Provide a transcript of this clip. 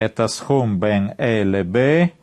את הסכום בין A ל-B